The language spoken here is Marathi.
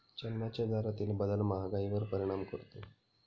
चलनाच्या दरातील बदल महागाईवर परिणाम करतो